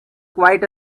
quite